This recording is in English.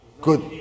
Good